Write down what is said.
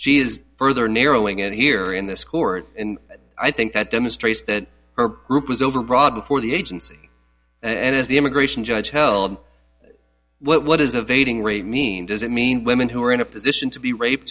she is further narrowing it here in this court and i think that demonstrates that her group was overbroad before the agency and as the immigration judge held what is of aiding rape mean does it mean women who are in a position to be rape